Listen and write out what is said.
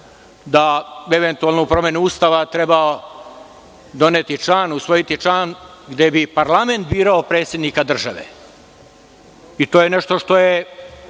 da eventualnu promenu Ustava treba doneti, usvojiti član gde bi parlament birao predsednika države, i to je nešto što je